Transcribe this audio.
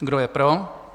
Kdo je pro?